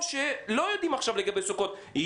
או שלא יודעים עכשיו לגבי סוכות,